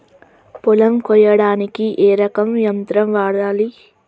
పొలం కొయ్యడానికి ఏ రకం యంత్రం వాడాలి?